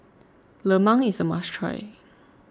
Lemang is a must try